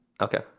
Okay